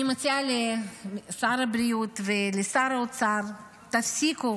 אני מציעה לשר הבריאות ולשר האוצר: תפסיקו